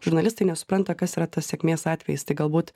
žurnalistai nesupranta kas yra tas sėkmės atvejis tai galbūt